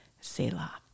Selah